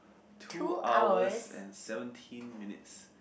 two hours and seventeen minutes